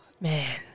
man